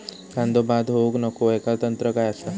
कांदो बाद होऊक नको ह्याका तंत्र काय असा?